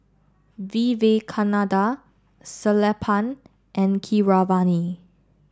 Vivekananda Sellapan and Keeravani